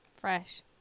Fresh